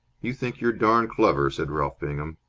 you think you're darned clever, said ralph bingham.